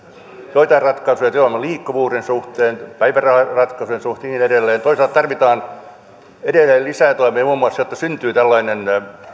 joitain ratkaisuja työvoiman liikkuvuuden suhteen päiväraharatkaisujen suhteen ja niin edelleen toisaalta tarvitaan edelleen lisätoimia muun muassa jotta syntyy tällainen